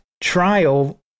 trial